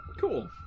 Cool